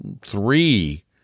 three